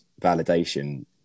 validation